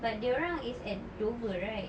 but dorang is at Dover right